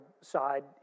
side